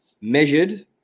measured